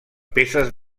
peces